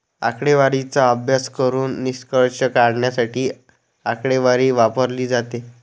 आकडेवारीचा अभ्यास करून निष्कर्ष काढण्यासाठी आकडेवारी वापरली जाते